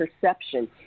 perception